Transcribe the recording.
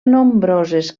nombroses